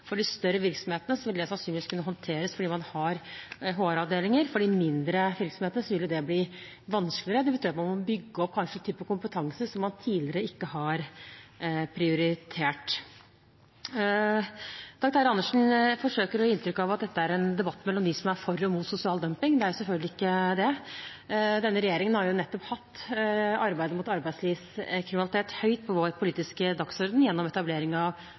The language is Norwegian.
For de større virksomhetene vil det sannsynligvis kunne håndteres fordi man har HR-avdelinger. For de mindre virksomhetene vil det bli vanskeligere, det betyr at man kanskje må bygge opp en type kompetanse som man tidligere ikke har prioritert. Dag Terje Andersen forsøker å gi inntrykk av at dette er en debatt mellom dem som er for og dem som er mot sosial dumping. Det er selvfølgelig ikke det. Denne regjeringen har jo nettopp hatt arbeidet mot arbeidslivskriminalitet høyt på vår politiske dagsorden, gjennom etablering av